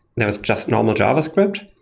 there was just normal javascript,